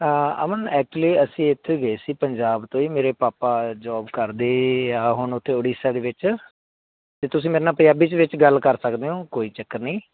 ਅਮਨ actually ਅਸੀਂ ਇੱਥੋਂ ਹੀ ਗਏ ਸੀ ਪੰਜਾਬ ਤੋਂ ਹੀ ਮੇਰੇ ਪਾਪਾ ਜੋਬ ਕਰਦੇ ਆ ਹੁਣ ਉੱਥੇ ਓਡੀਸ਼ਾ ਦੇ ਵਿੱਚ ਅਤੇ ਤੁਸੀਂ ਮੇਰੇ ਨਾਲ ਪੰਜਾਬੀ ਦੇ ਵਿੱਚ ਗੱਲ ਕਰ ਸਕਦੇ ਹੋ ਕੋਈ ਚੱਕਰ ਨਹੀਂ